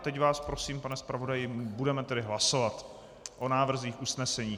Teď vás prosím, pane zpravodaji, budeme tedy hlasovat o návrzích usnesení.